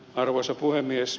arvoisa puhemies